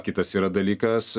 kitas yra dalykas